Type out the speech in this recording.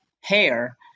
hair